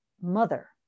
mother